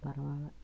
பரவாயில்ல